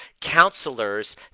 counselors